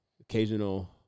occasional